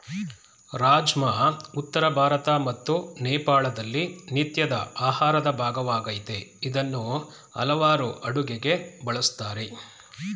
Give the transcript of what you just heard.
ರಾಜ್ಮಾ ಉತ್ತರ ಭಾರತ ಮತ್ತು ನೇಪಾಳದಲ್ಲಿ ನಿತ್ಯದ ಆಹಾರದ ಭಾಗವಾಗಯ್ತೆ ಇದ್ನ ಹಲವಾರ್ ಅಡುಗೆಗೆ ಬಳುಸ್ತಾರೆ